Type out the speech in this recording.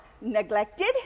neglected